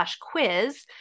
quiz